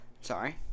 Sorry